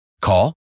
Call